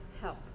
help